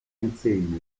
insegne